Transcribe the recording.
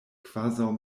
kvazaŭ